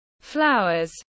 flowers